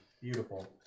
Beautiful